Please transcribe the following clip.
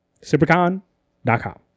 supercon.com